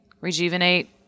rejuvenate